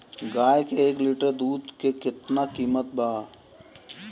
गाय के एक लीटर दूध के कीमत केतना बा?